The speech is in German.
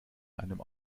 einem